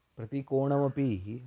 प्रतिकोणमपि